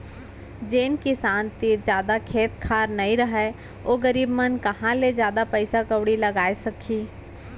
जेन किसान तीर जादा खेत खार नइ रहय ओ गरीब मन कहॉं ले जादा पइसा कउड़ी लगाय सकहीं